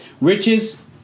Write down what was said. riches